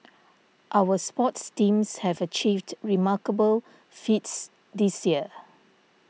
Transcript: our sports teams have achieved remarkable feats this year